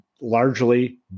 largely